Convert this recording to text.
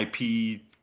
ip